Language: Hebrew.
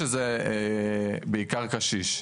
שזה בעיקר קשיש.